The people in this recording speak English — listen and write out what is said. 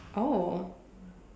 oh